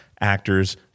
actors